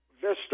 Vista